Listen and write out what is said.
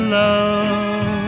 love